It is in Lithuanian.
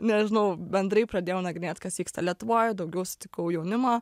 nežinau bendrai pradėjau nagrinėt kas vyksta lietuvoj daugiau sutikau jaunimo